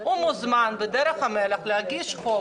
הוא או הממשלה מוזמנים להגיש חוק בדרך המלך,